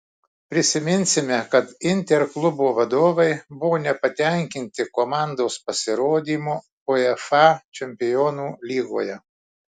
priminsime kad inter klubo vadovai buvo nepatenkinti komandos pasirodymu uefa čempionų lygoje